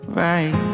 right